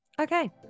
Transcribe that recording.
Okay